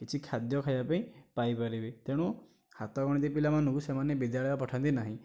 କିଛି ଖାଦ୍ୟ ଖାଇବା ପାଇଁ ପାଇ ପାରିବେ ତେଣୁ ହାତ ଗଣତି ପିଲାମାନଙ୍କୁ ସେମାନେ ବିଦ୍ୟାଳୟ ପଠାନ୍ତି ନାହିଁ